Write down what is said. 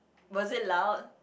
was it loud